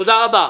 תודה רבה.